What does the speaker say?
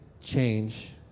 change